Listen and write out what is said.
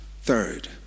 Third